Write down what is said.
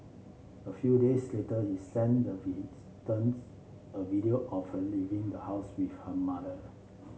a few days later he sent the a video of her leaving the house with her mother